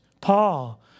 Paul